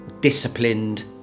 disciplined